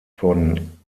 von